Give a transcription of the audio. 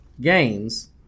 games